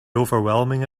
overwhelming